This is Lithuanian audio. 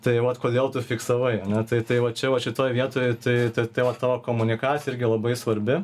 tai vat kodėl tu fiksavai ane tai tai va čia va šitoj vietoj tai tai va tavo komunikacija irgi labai svarbi